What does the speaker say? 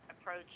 approach